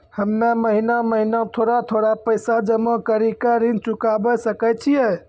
हम्मे महीना महीना थोड़ा थोड़ा पैसा जमा कड़ी के ऋण चुकाबै सकय छियै?